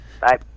Bye